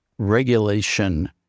regulation